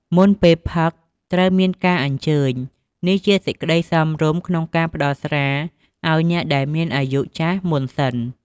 មុនពេលផឹក ត្រូវមានការអញ្ជើញ នេះជាសេចក្ដីសមរម្យក្នុងការផ្តល់ស្រាឲ្យអ្នកដែលមានអាយុចាស់មុនសិន។